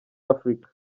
afurika